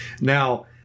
Now